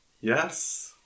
Yes